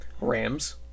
Rams